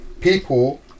people